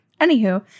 Anywho